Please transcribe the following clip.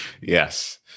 Yes